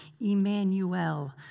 Emmanuel